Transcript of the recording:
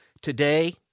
Today